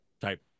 type